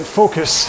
focus